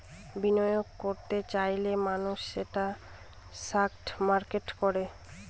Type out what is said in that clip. বিনিয়োগ করত চাইলে মানুষ সেটা স্টক মার্কেটে করে